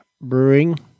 Brewing